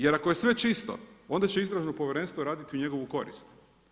Jer ako je sve čisto, onda će Istražno povjerenstvo raditi u njegovu korist.